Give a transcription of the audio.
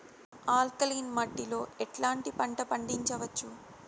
Alkaline మట్టి లో ఎట్లాంటి పంట పండించవచ్చు,?